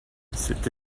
cette